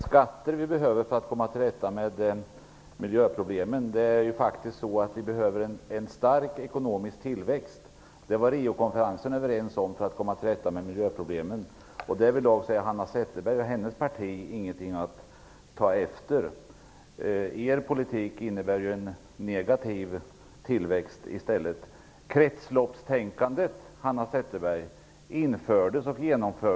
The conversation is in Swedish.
Herr talman! Inte är det skatter vi behöver, Hanna Zetterberg, för att komma till rätta med miljöproblemen. Vi behöver faktiskt en stark ekonomisk tillväxt för att komma till rätta med miljöproblemen. Det var Riokonferensen överens om. Därvidlag är Hanna Zetterberg och hennes parti ingenting att ta efter. Er politik innebär en negativ tillväxt i stället.